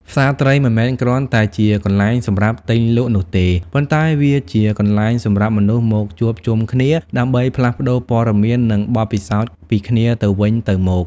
ផ្សារត្រីមិនមែនគ្រាន់តែជាកន្លែងសម្រាប់ទិញលក់នោះទេ ប៉ុន្តែវាជាកន្លែងសម្រាប់មនុស្សមកជួបជុំគ្នា ដើម្បីផ្លាស់ប្តូរព័ត៌មាន និងបទពិសោធន៍ពីគ្នាទៅវិញទៅមក។